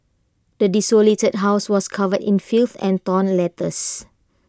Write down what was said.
the desolated house was covered in filth and torn letters